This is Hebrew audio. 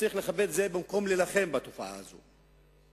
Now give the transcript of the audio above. וצריך לכבד את זה במקום להילחם בתופעה הזאת.